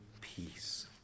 peace